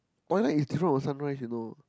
twilight is different from sunrise you know